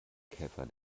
käfer